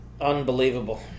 Unbelievable